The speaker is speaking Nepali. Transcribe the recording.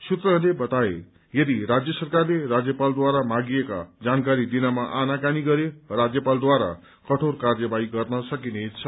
सूत्रहरूले बताए यदि राज्य सरकारले राज्यपालद्वारा मागिएका जानकारी दिनमा आनाकानी गरे राज्यपालद्वारा कठोर कार्यवाही गर्न सकिनेछ